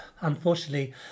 unfortunately